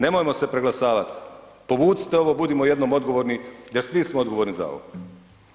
Nemojmo se preglasavati, povucite ovo, budimo jednom odgovorni jer svi smo odgovorni za ovo.